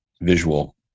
visual